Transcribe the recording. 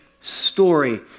story